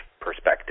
perspective